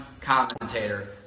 commentator